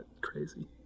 crazy